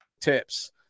tips